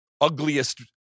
ugliest